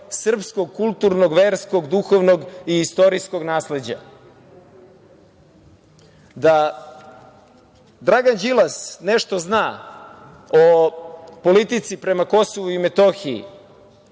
srpskog kulturnog, verskog, duhovnog i istorijskog nasleđa. Da Dragan Đilas nešto zna o politici prema Kosovu i Metohiji,